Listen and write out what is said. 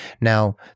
Now